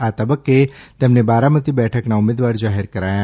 આ તબક્કે તેમને બારામતી બેઠકના ઉમેદવાર જાહેર કરાયા